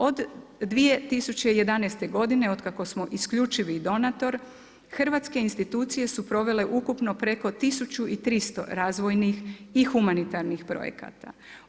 Od 2011. godine otkako smo isključivi donator, hrvatske institucije su provele ukupno preko 1300 razvojnih i humanitarnih projekata.